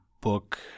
book –